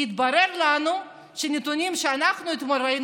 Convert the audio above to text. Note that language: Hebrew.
כי התברר לנו שנתונים שאנחנו אתמול ראינו